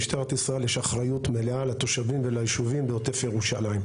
למשטרת ישראל יש אחריות מלאה על התושבים ועל היישובים בעוטף ירושלים.